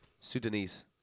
Sudanese